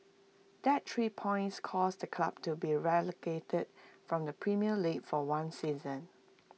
that three points caused the club to be relegated from the premier league for one season